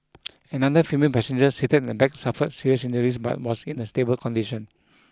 another female passenger seated in the back suffered serious injuries but was in a stable condition